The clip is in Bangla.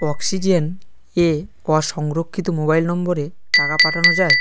অক্সিজেন এ অসংরক্ষিত মোবাইল নম্বরে টাকা পাঠানো যায়